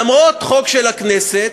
למרות חוק של הכנסת,